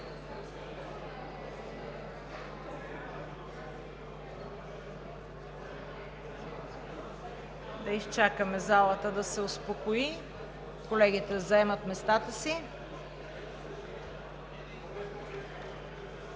Да изчакаме залата да се успокои. Колеги, моля да заемете местата си!